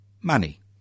Money